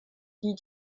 die